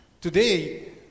Today